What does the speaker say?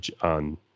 on